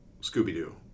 Scooby-Doo